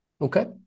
Okay